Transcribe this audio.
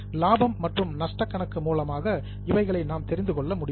லாபம் மற்றும் நஷ்ட கணக்கு மூலமாக இவைகளை நாம் தெரிந்து கொள்ள முடியும்